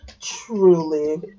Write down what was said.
Truly